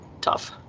tough